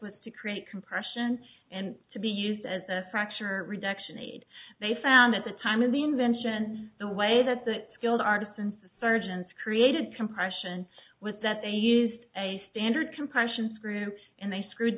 was to create compression and to be used as a fracture or reduction aid they found at the time of the invention the way that the skilled artists and the surgeons created compression was that they used a standard compression screw and they screwed